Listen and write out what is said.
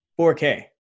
4k